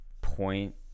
point